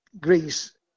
Greece